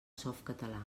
softcatalà